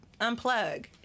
unplug